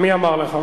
מי אמר לך?